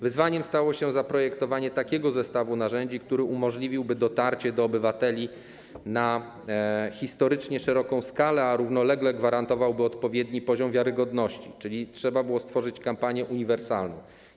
Wyzwaniem stało się zaprojektowanie takiego zestawu narzędzi, który umożliwiłby dotarcie do obywateli na historycznie szeroką skalę, a równolegle gwarantowałby odpowiedni poziom wiarygodności, czyli trzeba było stworzyć kampanię uniwersalną.